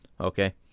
Okay